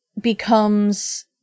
becomes